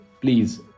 please